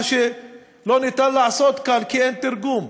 מה שאי-אפשר לעשות כאן כי אין תרגום,